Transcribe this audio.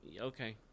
Okay